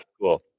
cool